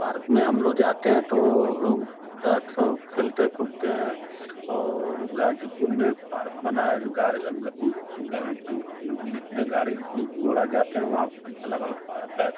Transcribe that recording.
park में हम लोग जाते हैं तो खेलते कूदते हैं और गाजीपुर में पार्क बना है जो जितने गाड़ी घोड़ा जाते वहाँ अलग अलग पार्क हैं